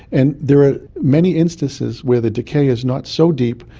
and there are many instances where the decay is not so deep,